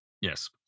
yes